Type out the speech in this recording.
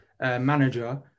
manager